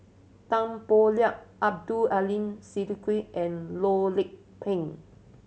Tan Boo Liat Abdul Aleem Siddique and Loh Lik Peng